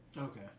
Okay